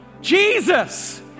Jesus